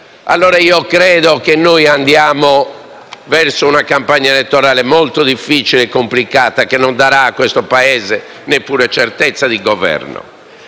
credo che andiamo verso una campagna elettorale molto difficile e complicata, che non darà al Paese neppure certezza di Governo.